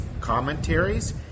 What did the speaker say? commentaries